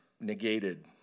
negated